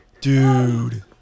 Dude